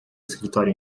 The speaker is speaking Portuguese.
escritório